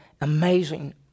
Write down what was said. amazing